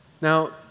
Now